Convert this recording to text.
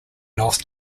north